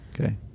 okay